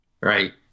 Right